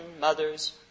mothers